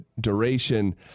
duration